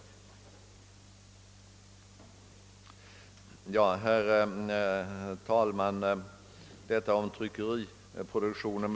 Detta gäller tryckeriproduktionen.